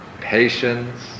patience